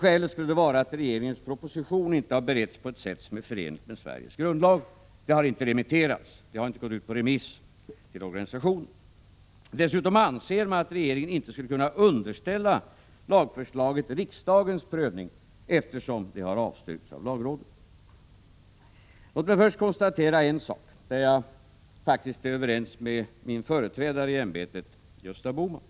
Skälet skulle vara att regeringens proposition inte har beretts på ett sätt som är förenligt med Sveriges grundlag — det har inte gått ut på remiss till organisationerna. Dessutom anser man att regeringen inte skulle kunna underställa lagförslaget riksdagens prövning, eftersom det har avstyrkts av lagrådet. Låt mig först konstatera en sak, och på den punkten är jag faktiskt överens med min företrädare i ämbetet, Gösta Bohman.